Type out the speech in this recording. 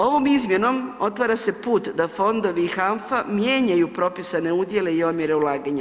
Ovom izmjenom otvara se put da fondovi i HANFA mijenjaju propisane udjele i omjere ulaganja.